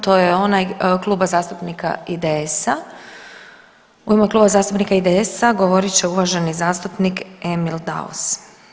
To je onaj Kluba zastupnika IDS-a, u ime Kluba zastupnika IDS-a govorit će uvaženi zastupnik Emil Daus.